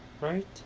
right